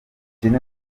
frank